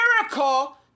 miracle